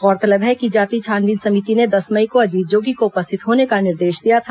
गौरतलब है कि जाति छानबीन समिति ने दस मई को अजीत जोगी को उपस्थित होने का निर्देश दिया था